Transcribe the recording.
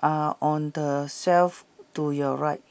are on the shelf to your right